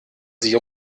sie